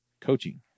coaching